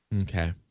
Okay